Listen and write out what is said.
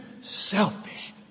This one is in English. selfish